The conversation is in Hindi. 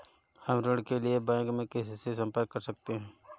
हम ऋण के लिए बैंक में किससे संपर्क कर सकते हैं?